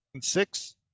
six